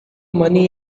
money